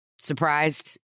Surprised